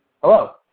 Hello